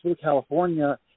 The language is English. California